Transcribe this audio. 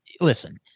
listen